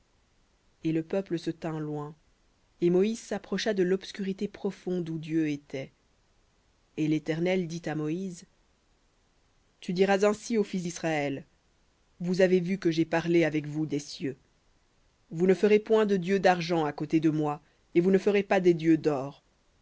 et le peuple se tint loin et moïse s'approcha de l'obscurité profonde où dieu était et l'éternel dit à moïse tu diras ainsi aux fils d'israël vous avez vu que j'ai parlé avec vous des cieux vous ne ferez point de dieux d'argent à côté de moi et vous ne vous ferez pas des dieux d'or